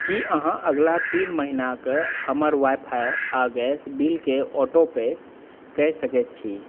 की अहाँ अगिला तीन महिनाक हमर वायफाई आ गैस बिलकेँ ऑटो पे कऽ सकैत छियै